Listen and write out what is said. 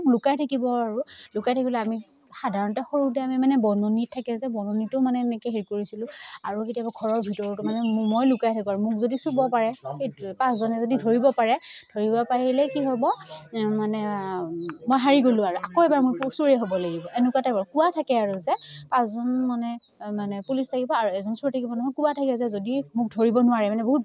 লুকাই থাকিব আৰু লুকাই থাকিলে আমি সাধাৰণতে সৰুতে আমি মানে বনীত থাকে যে বননীতো মানে এনেকৈ হেৰি কৰিছিলোঁ আৰু কেতিয়াবা ঘৰৰ ভিতৰতো মানে মই লুকাই থাকিব আৰু মোক যদি চুব পাৰে সেই পাঁচজনে যদি ধৰিব পাৰে ধৰিব পাৰিলে কি হ'ব মানে মই হাৰি গ'লোঁ আৰু আকৌ এবাৰ মই চোৰে হ'ব লাগিব এনেকুৱা টাইপৰ কোৱা থাকে আৰু যে পাঁচজন মানে মানে পুলিচ থাকিব আৰু এজন চোৰ থাকিব নহয় কোৱা থাকে যে যদি মোক ধৰিব নোৱাৰে মানে বহুত